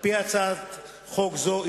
על-פי הצעת חוק זו,